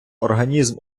організм